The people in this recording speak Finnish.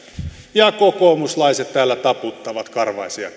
ja kokoomuslaiset täällä taputtavat karvaisia